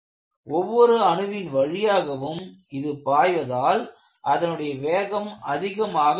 ஒவ்வொரு அணுவின் வழியாகவும் இது பாய்வதால் அதனுடைய வேகம் அதிகமாக உள்ளது